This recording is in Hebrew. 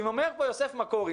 אומר פה יוסף מקורי,